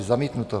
Zamítnuto.